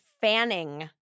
Fanning